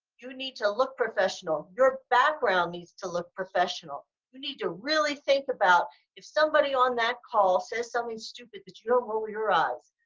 you need to look professional, your background needs to look professional, you need to really think about if somebody on that call says something stupid that you don't roll your ah eye,